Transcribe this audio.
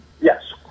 Yes